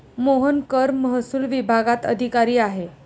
मोहन कर महसूल विभागात अधिकारी आहे